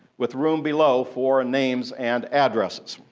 with room below for names and addresses,